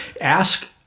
Ask